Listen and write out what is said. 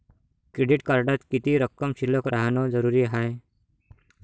Credit कार्डात किती रक्कम शिल्लक राहानं जरुरी हाय?